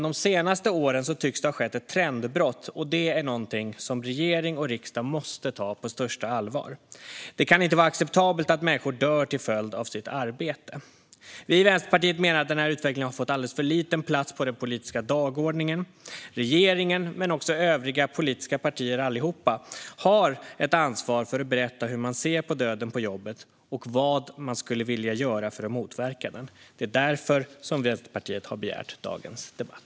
De senaste åren tycks det dock ha skett ett trendbrott, och det är någonting som regering och riksdag måste ta på största allvar. Det kan inte vara acceptabelt att människor dör till följd av sitt arbete. Vi i Vänsterpartiet menar att den här utvecklingen har fått alldeles för liten plats på den politiska dagordningen. Regeringen men också övriga politiska partier har alla ett ansvar för att berätta hur man ser på döden på jobbet och vad man skulle vilja göra för att motverka den. Det är därför Vänsterpartiet har begärt dagens debatt.